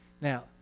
Now